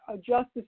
justice